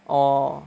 orh